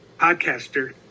podcaster